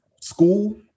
school